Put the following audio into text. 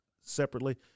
separately